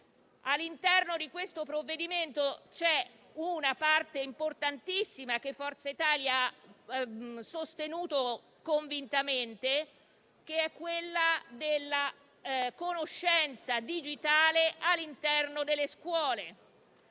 All'interno di questo provvedimento c'è una parte importantissima che Forza Italia ha sostenuto convintamente ed è quella della conoscenza digitale in tutte le scuole.